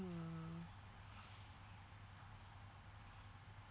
mm